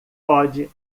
pode